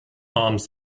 harms